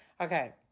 Okay